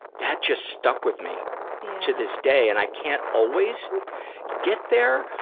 that just stuck with me to this day. and i can't always get there,